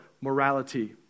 morality